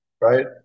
right